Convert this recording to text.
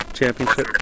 Championship